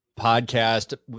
podcast